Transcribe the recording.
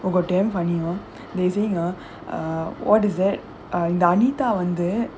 oh god damn funny you know they saying ah uh what's that the anita வந்து:vandhu